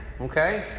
okay